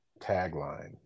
tagline